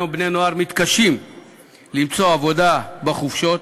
היום בני-נוער מתקשים למצוא עבודה בחופשות,